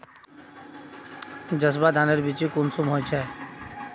जसवा धानेर बिच्ची कुंसम होचए?